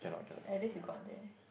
okay at least you got there